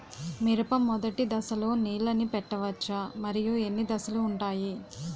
మిరప మొదటి దశలో నీళ్ళని పెట్టవచ్చా? మరియు ఎన్ని దశలు ఉంటాయి?